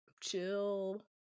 chill